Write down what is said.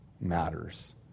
matters